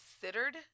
considered